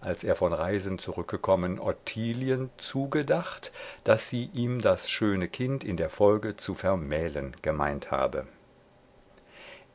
als er von reisen zurückgekommen ottilien zugedacht daß sie ihm das schöne kind in der folge zu vermählen gemeint habe